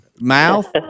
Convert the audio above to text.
mouth